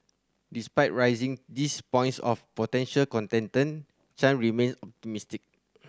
despite raising these points of potential contention Chan remain optimistic